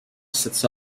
sets